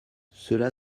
cela